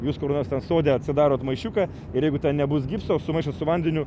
jūs kur nors ten sode atsidarot maišiuką ir jeigu ten nebus gipso o sumaišot su vandeniu